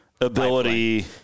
ability